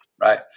right